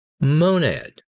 monad